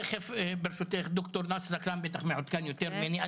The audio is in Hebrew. תיכף ברשותך ד"ר נאסר סקרן בטח מעודכן יותר ממני.